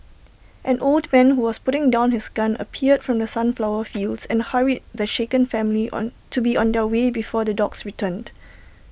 an old man who was putting down his gun appeared from the sunflower fields and hurried the shaken family on to be on their way before the dogs return